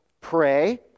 pray